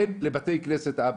אין לבתי כנסת אבא.